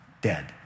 dead